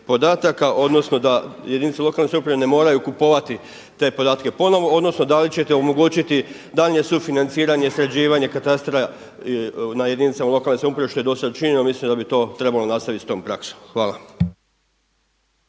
odnosno da se jedinice lokalne samouprave ne moraju kupovati te podatke ponovo odnosno da li ćete omogućiti daljnje sufinanciranje, sređivanje katastra na jedinicama lokalne samouprave što je do sada činjeno, mislim da bi trebalo nastavi s tom praksom. Hvala.